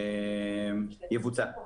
זה יבוצע.